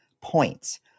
points